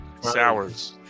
Sours